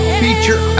feature